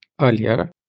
earlier